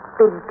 big